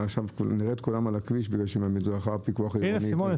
עכשיו נראה את כולם על הכביש כי במדרכה הפיקוח העירוני --- סימונה,